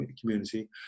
community